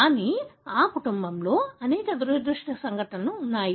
కానీ ఈ కుటుంబంలో అనేక దురదృష్టకర సంఘటనలు ఉన్నాయి